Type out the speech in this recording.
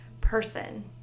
person